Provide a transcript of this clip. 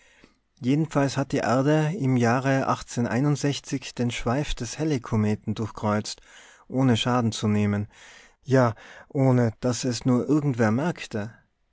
jedenfalls hat die erde im jahre den schweif des halley kometen durchkreuzt ohne schaden zu nehmen ja ohne daß es nur irgendwer merkte